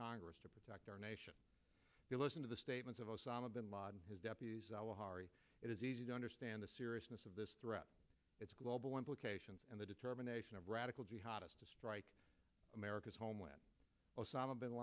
congress to protect our nation to listen to the statements of osama bin laden his death it is easy to understand the seriousness of this threat its global implications and the determination of radical jihadists to strike america's homeland osama bin